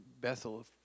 Bethel